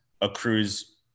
accrues